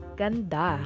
ganda